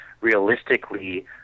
realistically